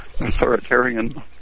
authoritarian